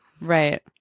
Right